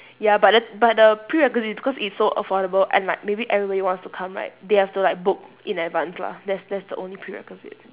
ya but the but the prerequisite is because it's so affordable and like maybe everybody wants to come right they have to like book in advance lah that's that's the only prerequisite